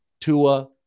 Tua